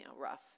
rough